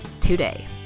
today